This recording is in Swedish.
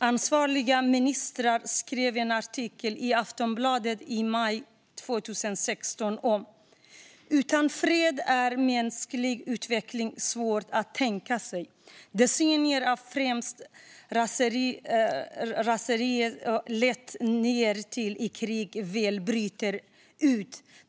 Ansvariga ministrar skrev i en artikel i Aftonbladet i maj 2016 följande: "Utan fred är mänsklig utveckling svår att tänka sig. Decennier av framsteg raseras lätt när ett krig väl bryter ut.